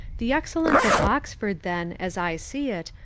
the excellence of oxford, then, as i see it,